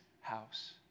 house